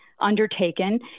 undertaken